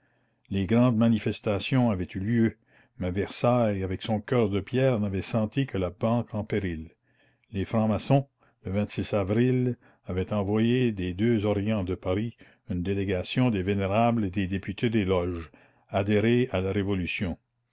les grandes manifestations avaient eu lieu mais versailles avec son cœur de pierre n'avait senti que la banque en péril les francs-maçons le avril avaient envoyé des deux orients de paris une délégation des vénérables et des députés des loges adhérer à la révolution